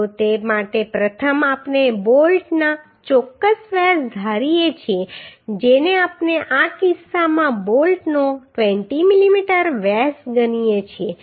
તો તે માટે પ્રથમ આપણે બોલ્ટનો ચોક્કસ વ્યાસ ધારીએ છીએ જેને આપણે આ કિસ્સામાં બોલ્ટનો 20 મીમી વ્યાસ ગણીએ છીએ